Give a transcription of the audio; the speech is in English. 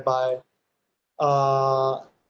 uh